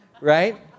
right